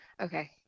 okay